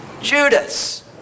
Judas